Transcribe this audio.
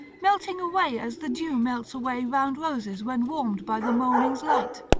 melting away as the dew melts away round roses when warmed by the morning's light.